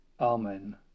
Amen